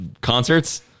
concerts